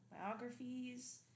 biographies